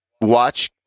watch